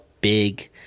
big